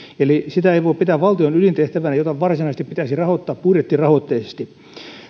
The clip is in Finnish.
eli sitä ei voi pitää valtion ydintehtävänä jota varsinaisesti pitäisi rahoittaa budjettirahoitteisesti